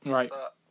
Right